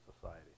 society